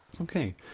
Okay